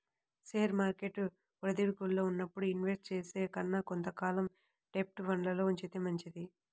share market ఒడిదుడుకుల్లో ఉన్నప్పుడు invest చేసే కన్నా కొంత కాలం డెబ్ట్ ఫండ్లల్లో ఉంచితే మంచిది